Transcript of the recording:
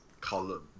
column